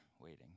waiting